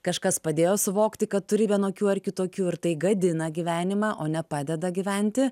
kažkas padėjo suvokti kad turi vienokių ar kitokių ir tai gadina gyvenimą o nepadeda gyventi